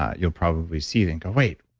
ah you'll probably see them go wait,